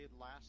last